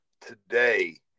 today